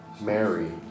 Mary